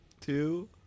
two